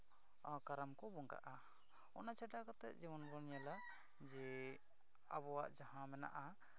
ᱠᱟᱨᱟᱢ ᱠᱚ ᱵᱚᱸᱜᱟᱜᱼᱟ ᱚᱱᱟ ᱪᱷᱟᱰᱟ ᱠᱟᱛᱮᱫ ᱡᱮᱢᱚᱱ ᱵᱚᱱ ᱧᱮᱞᱟ ᱡᱮ ᱟᱵᱚᱣᱟᱜ ᱡᱟᱦᱟᱸ ᱢᱮᱱᱟᱜᱼᱟ